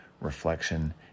reflection